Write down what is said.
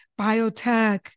biotech